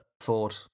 Ford